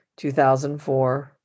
2004